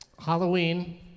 Halloween